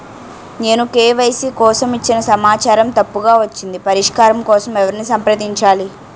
నేను కే.వై.సీ కోసం ఇచ్చిన సమాచారం తప్పుగా వచ్చింది పరిష్కారం కోసం ఎవరిని సంప్రదించాలి?